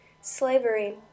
slavery